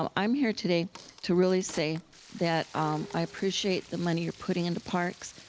um i'm here today to really say that i appreciate the money you're putting into parks,